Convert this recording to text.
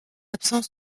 absence